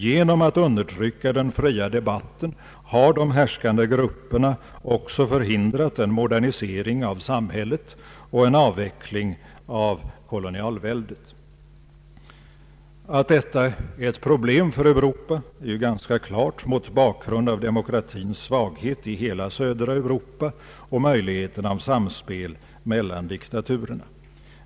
Genom att undertrycka den fria debatten har de härskande grupperna också förhindrat en modernisering av samhället och en avveckling av kolonialväldet. Att detta är ett problem för Europa är ganska klart mot bakgrund av demokratins svaghet i hela södra Europa och möjligheten av samspel mellan diktaturerna.